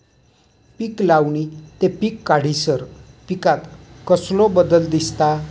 पीक लावणी ते पीक काढीसर पिकांत कसलो बदल दिसता?